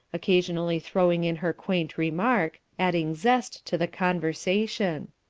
occasionally throwing in her quaint remark, adding zest to the conversation.